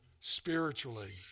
spiritually